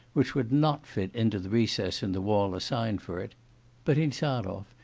which would not fit into the recess in the wall assigned for it but insarov,